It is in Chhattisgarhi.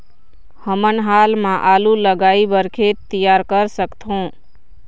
हमन हाल मा आलू लगाइ बर खेत तियार कर सकथों?